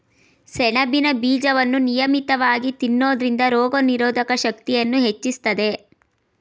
ಸೆಣಬಿನ ಬೀಜವನ್ನು ನಿಯಮಿತವಾಗಿ ತಿನ್ನೋದ್ರಿಂದ ರೋಗನಿರೋಧಕ ಶಕ್ತಿಯನ್ನೂ ಹೆಚ್ಚಿಸ್ತದೆ